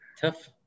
Tough